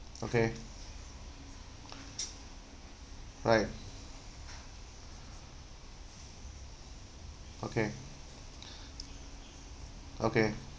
okay right okay okay